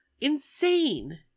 Insane